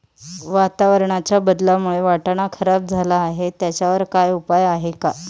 वातावरणाच्या बदलामुळे वाटाणा खराब झाला आहे त्याच्यावर काय उपाय आहे का?